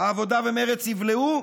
העבודה ומרצ יבלעו?